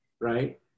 right